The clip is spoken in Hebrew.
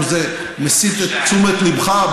אם זה מסיט את תשומת ליבך,